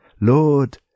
Lord